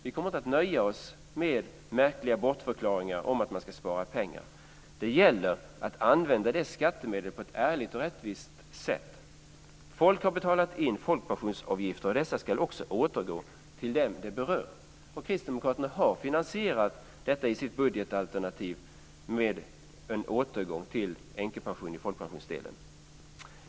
Vi kommer inte att nöja oss med märkliga bortförklaringar att man ska spara pengar. Det gäller att använda skattemedel på ett ärligt och rättvist sätt. Folk har betalat in folkpensionsavgifter, och dessa ska också återgå till dem det berör. Kristdemokraterna har finansierat detta i sitt budgetalternativ, med en återgång till änkepension i folkpensionsdelen.